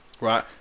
right